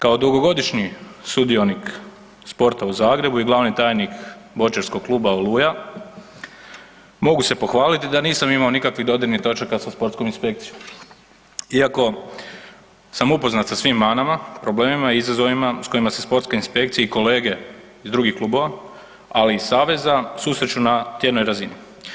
Kao dugogodišnji sudionik sporta u Zagrebu i glavni tajnik Boćarskog kluba „Oluja“ mogu se pohvaliti da nisam imao nikakvih dodirnih točaka sa sportskom inspekcijom, iako sam upoznat sa svim manama, problemima, izazovima s kojima se sportska inspekcija i kolege iz drugih klubova, ali iz saveza susreću na tjednoj razini.